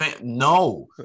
no